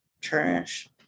Trash